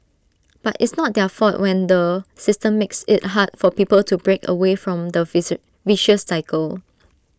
but it's not their fault when the system makes IT hard for people to break away from the facer vicious cycle